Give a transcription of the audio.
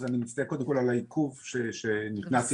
אז אני מצטער קודם כל על העיכוב שבו נכנסתי.